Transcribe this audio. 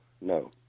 no